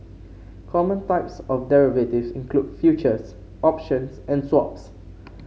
common types of derivative include futures options and swaps